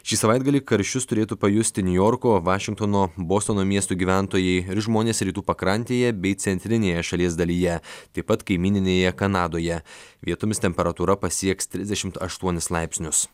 šį savaitgalį karščius turėtų pajusti niujorko vašingtono bostono miestų gyventojai ir žmonės rytų pakrantėje bei centrinėje šalies dalyje taip pat kaimyninėje kanadoje vietomis temperatūra pasieks trisdešimt aštuonis laipsnius